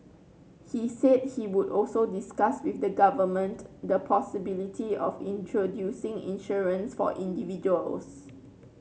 he said he would also discuss with the government the possibility of introducing insurance for individuals